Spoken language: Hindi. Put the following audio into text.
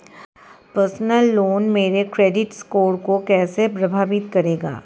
पर्सनल लोन मेरे क्रेडिट स्कोर को कैसे प्रभावित करेगा?